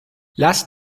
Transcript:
last